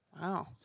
Wow